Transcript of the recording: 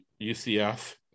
UCF